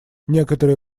некоторые